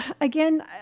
Again